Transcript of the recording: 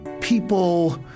People